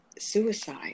suicide